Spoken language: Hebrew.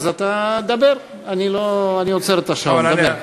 אז אתה תדבר, אני עוצר את השעון.